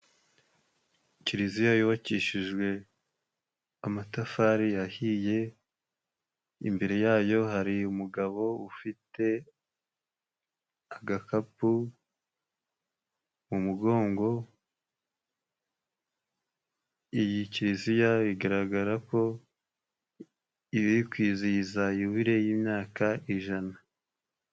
kiliziya yubakishijwe amatafari ahiye, imbere yayo hari umugabo ufite agakapu mu mugongo. Iyi kiliziya bigaragara ko iri kwizihiza yubile y'imyaka ijana.